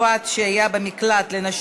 בעד, 49 חברי כנסת, מתנגדים, 53, אחד נמנע.